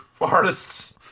artists